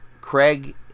Craig